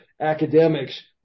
academics